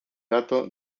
gato